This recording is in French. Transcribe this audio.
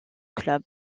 club